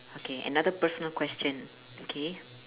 okay another personal question K